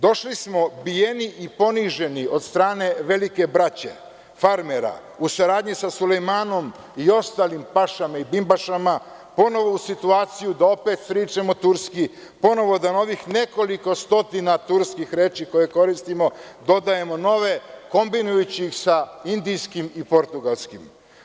Došli smo bijeni i poniženi od strane velike braće, farmera u saradnji sa Sulejmanom i ostalim pašama i bimbašama, ponovo u situaciju da opet pričamo turski, ponovo da na ovih nekoliko stotina turskih reči koje koristimo dodajemo nove, kombinujući ih sa indijskim i portugalskim.